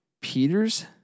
Peter's